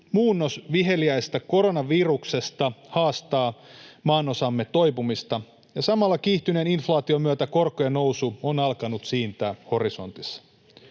muunnos viheliäisestä koronaviruksesta haastaa maanosamme toipumista, ja samalla kiihtyneen inflaation myötä korkojen nousu on alkanut siintää horisontissa.